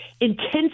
intense